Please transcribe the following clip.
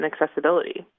accessibility